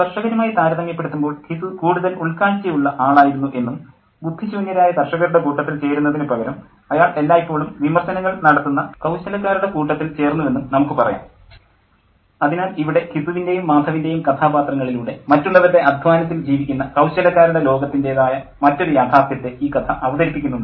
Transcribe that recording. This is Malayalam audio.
കർഷകരുമായി താരതമ്യപ്പെടുത്തുമ്പോൾ ഘിസു കൂടുതൽ ഉൾക്കാഴ്ചയുള്ള ആളായിരുന്നു എന്നും ബുദ്ധിശൂന്യരായ കർഷകരുടെ കൂട്ടത്തിൽ ചേരുന്നതിനു പകരം അയാൾ എല്ലായ്പ്പോളും വിമർശനങ്ങൾ നടത്തുന്ന കൌശലക്കാരുടെ കൂട്ടത്തിൽ ചേർന്നുവെന്നും നമുക്കു പറയാം ആര്യ അതിനാൽ ഇവിടെ ഘിസുവിൻ്റെയും മാധവിൻ്റേയും കഥാപാത്രങ്ങളിലൂടെ മറ്റുള്ളവരുടെ അദ്ധ്വാനത്തിൽ ജീവിക്കുന്ന കൌശലക്കാരുടെ ലോകത്തിൻ്റേതായ മറ്റൊരു യാഥാർത്ഥ്യത്തെ ഈ കഥ അവതരിപ്പിക്കുന്നുണ്ടോ